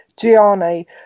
Gianni